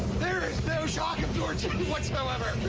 there's no shock absorption and whatsoever.